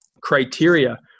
criteria